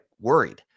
worried